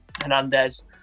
Hernandez